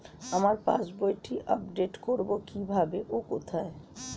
আমার পাস বইটি আপ্ডেট কোরবো কীভাবে ও কোথায়?